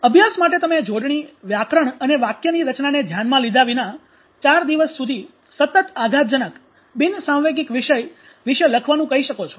અભ્યાસ માટે તમે જોડણી વ્યાકરણ અને વાક્યની રચનાને ધ્યાનમાં લીધા વિના 4 દિવસ સતત આઘાતજનક બિન સાંવેગિક વિષય વિશે લખવાનું કહી શકો છો